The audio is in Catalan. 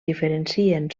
diferencien